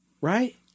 right